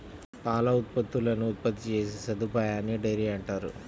పాల ఉత్పత్తులను ఉత్పత్తి చేసే సదుపాయాన్నిడైరీ అంటారు